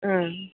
ಹಾಂ